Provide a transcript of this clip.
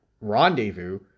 rendezvous